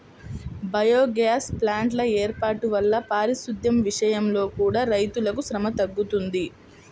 biogas ప్లాంట్ల వేర్పాటు వల్ల పారిశుద్దెం విషయంలో కూడా రైతులకు శ్రమ తగ్గుతుంది